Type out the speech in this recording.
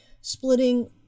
splitting